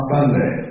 Sunday